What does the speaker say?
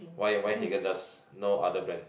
why why Haagen-Daz no other brand